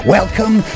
Welcome